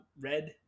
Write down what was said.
Red